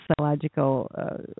psychological